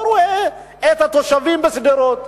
לא רואה את התושבים בשדרות,